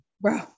bro